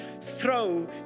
throw